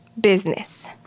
business